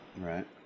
right